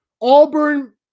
Auburn